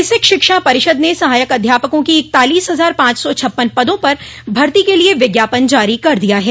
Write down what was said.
basic शिक्षा परिषद ने सहायक अध्यापकों की इकतालीस हजार पांच सौ छप्पन पदों पर भर्ती के लिए विज्ञापन जारी कर दिया है